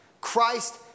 Christ